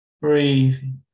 breathing